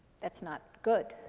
that's not good.